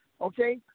Okay